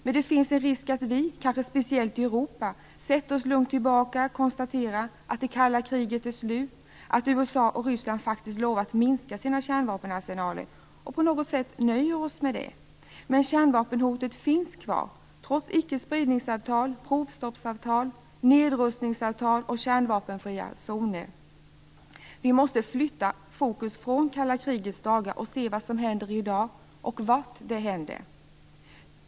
Men det finns en risk att vi, kanske speciellt i Europa, sätter oss lugnt tillbaka, konstaterar att det kalla kriget är slut och att USA och Ryssland faktiskt lovat minska sina kärnvapenarsenaler och på något sätt nöjer oss med det. Men kärnvapenhotet finns kvar trots icke-spridningsavtal, provstoppsavtal, nedrustningsavtal och kärnvapenfria zoner. Vi måste flytta fokus från det kalla krigets dagar och se vad som händer i dag - och var det händer.